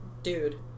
Dude